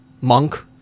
monk